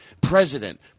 President